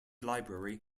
library